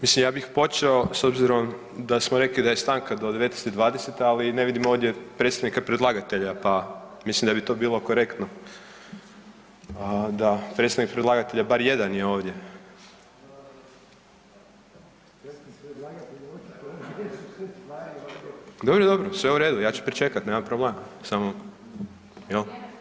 Mislim ja bih počeo s obzirom da smo rekli da je stanka do 19 i 20, ali ne vidim ovdje predstavnike predlagatelja, pa mislim da bi to bilo korektno da predstavnik predlagatelja bar jedan je ovdje. … [[Upadica se ne razumije]] Dobro, dobro, sve u redu, ja ću pričekat, nema problema, samo, jel.